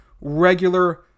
regular